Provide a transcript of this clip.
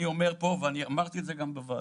אני אומר פה ואמרתי את זה גם בוועדה: